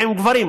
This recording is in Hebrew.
גם עם גברים,